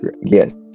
yes